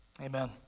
Amen